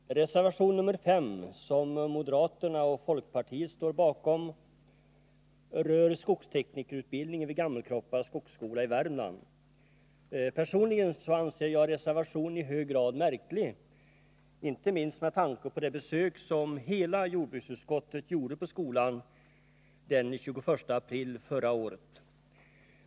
Herr talman! Reservation nr 5, som moderaterna och folkpartiet står bakom, rör skogsteknikerutbildningen vid Gammelkroppa skogsskola i Värmland. Personligen anser jag reservationen i hög grad märklig, inte minst med tanke på det besök som hela jordbruksutskottet gjorde på skolan den 21 april förra året.